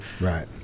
Right